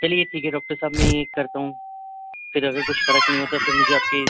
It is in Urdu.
چلیے ٹھیک ہے ڈاکٹر صاحب میں کرتا ہوں پھر اگر کچھ فرق نہیں ہوتا پھر مجھے آپ کے